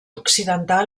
occidental